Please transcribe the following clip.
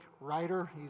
writer